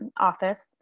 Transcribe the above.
office